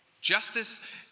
Justice